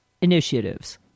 initiatives